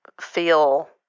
feel